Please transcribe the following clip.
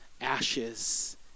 ashes